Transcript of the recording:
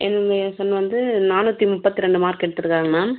என்னுடைய சன் வந்து நானூற்றி முப்பத்தி ரெண்டு மார்க் எடுத்துருக்காங்க மேம்